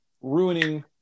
ruining